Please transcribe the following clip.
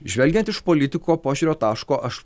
žvelgiant iš politiko požiūrio taško aš